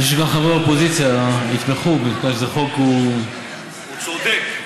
חברי האופוזיציה יתמכו, כי זה חוק, הוא צודק.